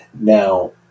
Now